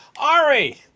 Ari